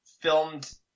filmed